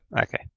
Okay